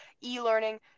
e-learning